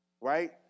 right